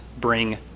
bring